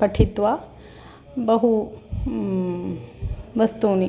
पठित्वा बहुनि वस्तूनि